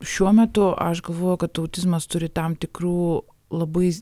šiuo metu aš galvoju kad autizmas turi tam tikrų labai